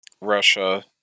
Russia